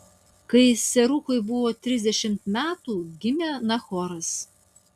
kai seruchui buvo trisdešimt metų gimė nachoras